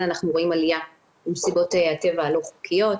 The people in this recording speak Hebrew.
אנחנו רואים עלייה במסיבות הטבע הלא חוקיות.